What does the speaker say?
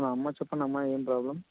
అమ్మా చెప్పండమ్మ ఏం ప్రాబ్లం